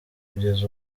kugeza